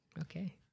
okay